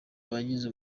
bagize